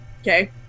okay